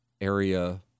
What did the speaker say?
area—